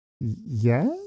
Yes